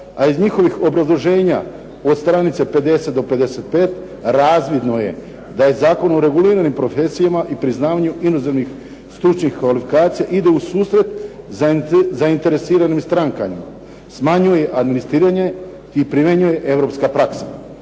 a iz njihovih obrazloženja od stranice 50 do 55 razvidno je da je Zakon o reguliranim profesijama i priznavanju inozemnih stručnih kvalifikacija ide ususret zainteresiranim strankama, smanjuje administriranje i primjenjuje europska praksa.